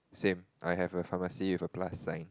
same I have a pharmacy with a plus sign